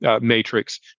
Matrix